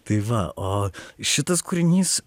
tai va o šitas kūrinys